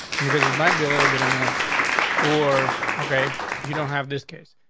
because it might be a little bit annoying or okay, you don't have this case,